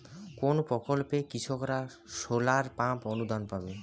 কোন প্রকল্পে কৃষকরা সোলার পাম্প অনুদান পাবে?